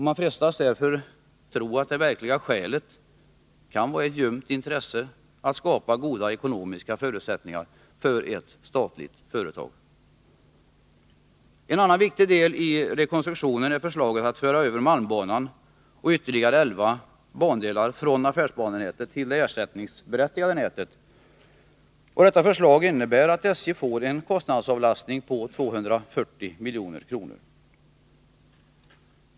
Man frestas tro att det verkliga skälet kan vara ett ljumt intresse för att skapa goda ekonomiska förutsättningar för ett statligt företag. En annan viktig del i rekonstruktionen är förslaget att föra över Malmbanan och ytterligare elva bandelar från affärsbanenätet till det ersättningsberättigade nätet. Detta förslag innebär att SJ får en kostnadsavlastning på 240 milj.kr.